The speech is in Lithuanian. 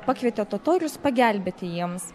pakvietė totorius pagelbėti jiems